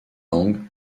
langues